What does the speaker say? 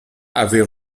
avait